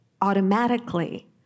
automatically